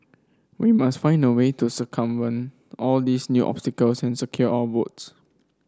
we must find a way to circumvent all these new obstacles and secure our votes